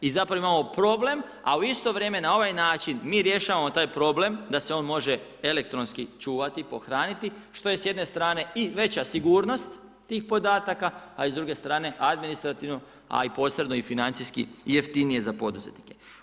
I zapravo imamo problem a u isto vrijeme na ovaj način mi rješavamo taj problem da se on može elektronski čuvati, pohraniti što je s jedne strane i veća sigurnost tih podataka a i s druge strane administrativno a i posredno i financijski i jeftinije za poduzetnike.